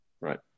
right